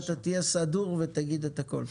אתה תהיה סדור ותגיד את הכל.